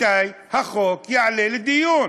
מתי החוק יעלה לדיון.